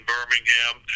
Birmingham